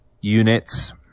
units